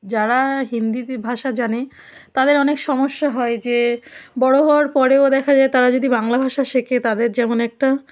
যারা হিন্দি ভাষা জানে তাদের অনেক সমস্যা হয় যে বড় হওয়ার পরেও দেখা যায় তারা যদি বাংলা ভাষা শেখে তাদের যেমন একটা